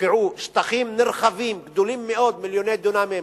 שטחים נרחבים, גדולים מאוד, מיליוני דונמים,